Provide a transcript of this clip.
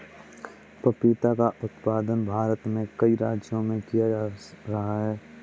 पपीता का उत्पादन भारत में कई राज्यों में किया जा रहा है